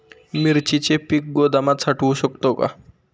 मिरचीचे पीक गोदामात साठवू शकतो का?